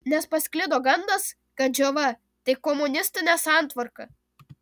nes pasklido gandas kad džiova tai komunistinė santvarka